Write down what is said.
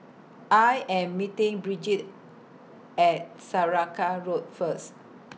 I Am meeting Brigid At Saraca Road First